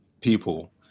people